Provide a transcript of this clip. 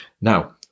Now